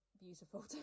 beautiful